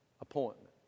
appointment